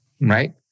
Right